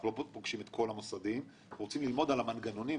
אנחנו לא פוגשים את כל המוסדיים - על המנגנונים,